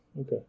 okay